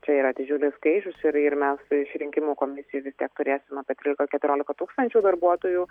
čia yra didžiulis skaičius ir ir mes iš rinkimų komisijų vistiek turėsime apie trylika keturiolika tūkstančių darbuotojų